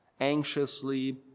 anxiously